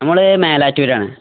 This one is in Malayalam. നമ്മള് മേലാറ്റൂരാണ്